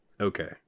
Okay